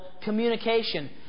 communication